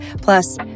plus